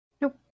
Nope